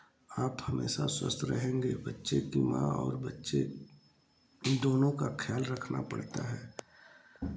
आप हमेशा स्वस्थ रहेंगे बच्चे की माँ और बच्चे दोनों का ख्याल रखना पड़ता है